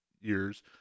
years